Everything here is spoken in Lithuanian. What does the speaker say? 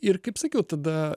ir kaip sakiau tada